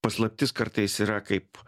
paslaptis kartais yra kaip